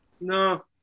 No